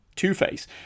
Two-Face